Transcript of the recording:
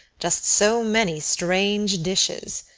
just so many strange dishes.